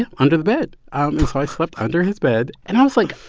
and under the bed. so i slept under his bed. and i was like,